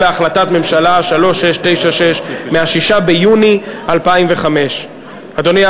בהחלטת הממשלה 3696 מ-6 ביוני 2005. אדוני,